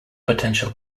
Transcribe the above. potential